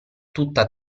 tutta